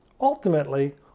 Ultimately